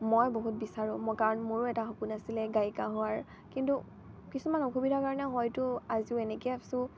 মই বহুত বিচাৰোঁ মই কাৰণ মোৰো এটা সপোন আছিলে গায়িকা হোৱাৰ কিন্তু কিছুমান অসুবিধাৰ কাৰণে হয়তো আজিও এনেকে আছোঁ